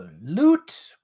Loot